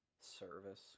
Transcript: service